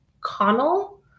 Connell